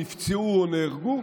נפצעו או נהרגו,